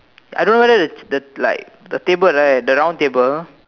I don't know whether the the like the table right the round table